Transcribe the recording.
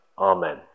Amen